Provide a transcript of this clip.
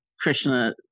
Krishna